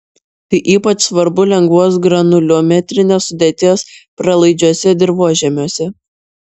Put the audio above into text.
tai ypač svarbu lengvos granuliometrinės sudėties pralaidžiuose dirvožemiuose